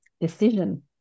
decision